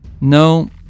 No